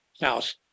House